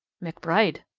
mcbride.